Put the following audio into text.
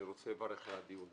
אני רוצה לברך על הדיון.